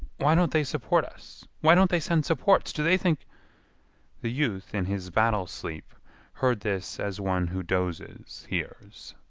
why don't they support us? why don't they send supports? do they think the youth in his battle sleep heard this as one who dozes hears.